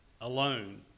alone